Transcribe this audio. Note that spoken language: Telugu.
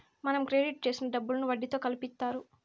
మనం క్రెడిట్ చేసిన డబ్బులను వడ్డీతో కలిపి ఇత్తారు